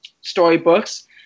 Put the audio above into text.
storybooks